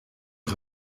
een